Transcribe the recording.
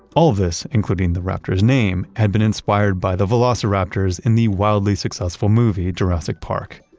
all of this including the raptor's name had been inspired by the velociraptors in the wildly successful movie, jurassic park.